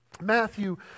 Matthew